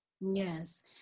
yes